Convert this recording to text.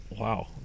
wow